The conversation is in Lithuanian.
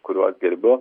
kuriuos gerbiu